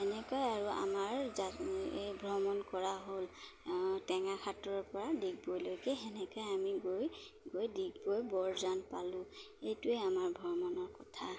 তেনেকৈয়ে আৰু আমাৰ যাত্ৰা এই ভ্ৰমণ কৰা হ'ল টেঙাখাটৰপৰা ডিগবৈলৈকে সেনেকৈ আমি গৈ গৈ ডিগবৈ বৰজান পালোঁ এইটোৱে আমাৰ ভ্ৰমণৰ কথা